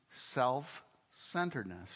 self-centeredness